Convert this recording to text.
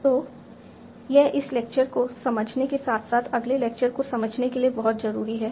तो यह इस लेक्चर को समझने के साथ साथ अगले लेक्चर को समझने के लिए बहुत जरूरी है